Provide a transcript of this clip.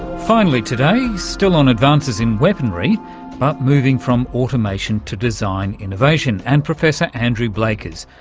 finally today, still on advances in weaponry but moving from automation to design innovation and professor andrew blakers,